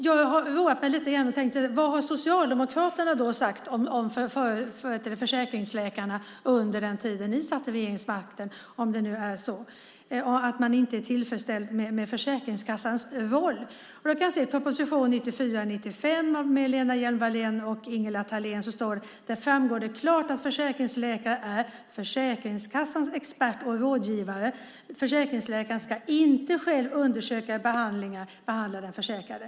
Jag har roat mig med att titta på vad Socialdemokraterna har sagt om försäkringsläkarna under den tid man hade regeringsmakten, om man nu inte är tillfreds med Försäkringskassans roll. I en proposition 1994/95 med Lena Hjelm-Wallén och Ingela Thalén framgår det klart att försäkringsläkaren är Försäkringskassans expert och rådgivare. Försäkringsläkaren ska inte själv undersöka eller behandla den försäkrade.